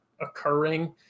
occurring